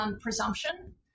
presumption